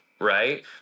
right